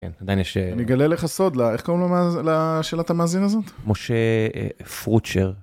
אני אגלה לך סוד, איך קוראים לשאלת המאזין הזאת? משה פרוצר.